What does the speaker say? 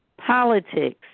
Politics